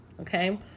Okay